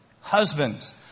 Husbands